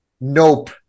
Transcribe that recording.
Nope